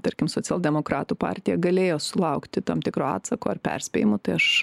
tarkim socialdemokratų partija galėjo sulaukti tam tikro atsako ar perspėjimų tai aš